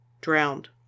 drowned